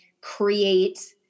create